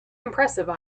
impressive